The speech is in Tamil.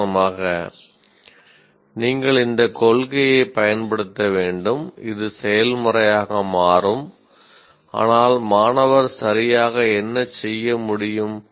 உதாரணமாக நீங்கள் இந்த கொள்கைகளைப் பயன்படுத்த வேண்டும் அது செயல்முறையாக மாறும் ஆனால் மாணவர் சரியாக என்ன செய்ய முடியும்